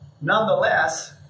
Nonetheless